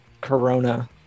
corona